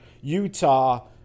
Utah